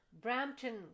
Brampton